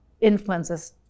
influences